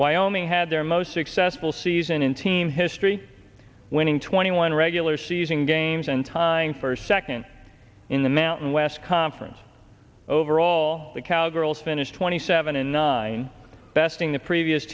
wyoming had their most successful season in team history winning twenty one regular season games in time for second in the mountain west conference overall the cowgirls finished twenty seven and nine besting the previous